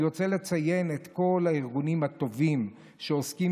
אני רוצה לציין את כל הארגונים הטובים שעוסקים